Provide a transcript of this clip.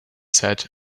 said